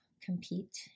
compete